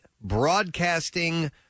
broadcasting